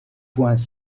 poings